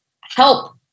help